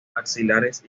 axilares